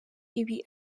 ibi